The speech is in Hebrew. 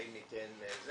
האם ניתן זה,